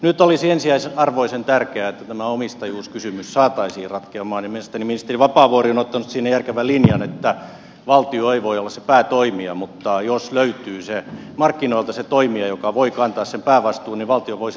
nyt olisi ensiarvoisen tärkeää että tämä omistajuuskysymys saataisiin ratkeamaan ja mielestäni ministeri vapaavuori on ottanut siinä järkevän linjan että valtio ei voi olla se päätoimija mutta jos markkinoilta löytyy se toimija joka voi kantaa päävastuun niin valtio voisi lähteä mukaan